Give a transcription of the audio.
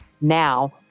Now